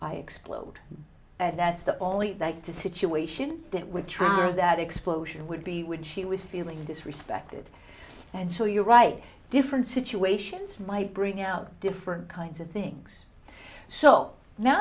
me i explode and that's the only like the situation that we're trying to that explosion would be when she was feeling this respected and so you're right different situations might bring out different kinds of things so now